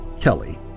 Kelly